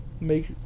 Make